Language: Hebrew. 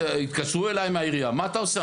התקשרו אליי מהעירייה, מה אתה עושה?